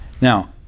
Now